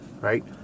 right